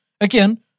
Again